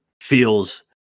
feels